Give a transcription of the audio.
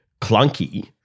clunky